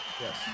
Yes